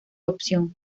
opción